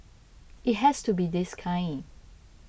it has to be this kind